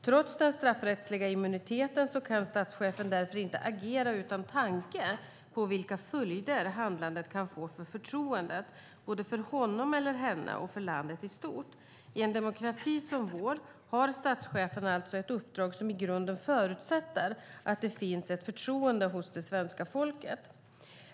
Trots den straffrättsliga immuniteten kan statschefen därför inte agera utan tanke på vilka följder handlandet kan få för förtroendet både för honom eller henne och för landet i stort. I en demokrati som vår har statschefen alltså ett uppdrag som i grunden förutsätter att det finns ett förtroende hos det svenska folket.